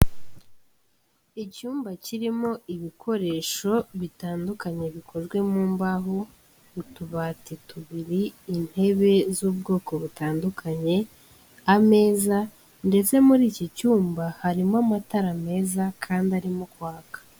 Icyumba kirimo ibikoresho bitandukanye bikozwe mu mbaho, utubati tubiri, intebe z'ubwoko butandukanye, ameza ndetse muri iki cyumba harimo amatara meza kandi arimo kwaka.